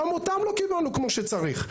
גם אותם לא קיבלנו כמו שצריך.